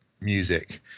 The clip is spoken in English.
music